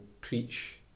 preach